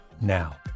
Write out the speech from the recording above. now